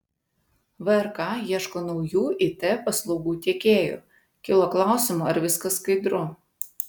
vrk ieško naujų it paslaugų tiekėjų kilo klausimų ar viskas skaidru